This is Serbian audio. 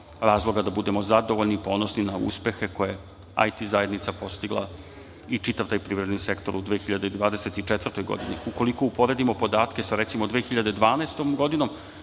razloga da budemo zadovoljni i ponosni na uspehe koje IT zajednica postigla i čitava taj privredni sektor u 2024. godini. Ukoliko uporedimo podatke sa recimo 2012. godinom,